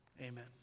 Amen